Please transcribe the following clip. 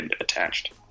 attached